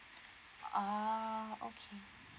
ah okay